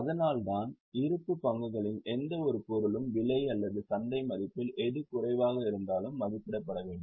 அதனால்தான் இருப்பு பங்குகளின் எந்தவொரு பொருளும் விலை அல்லது சந்தை மதிப்பில் எது குறைவாக இருந்தாலும் மதிப்பிடப்பட வேண்டும்